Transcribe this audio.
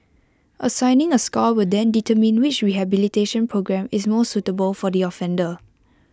assigning A score will then determine which rehabilitation programme is most suitable for the offender